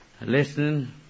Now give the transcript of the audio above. listening